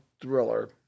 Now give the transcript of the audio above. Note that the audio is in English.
thriller